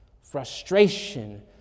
frustration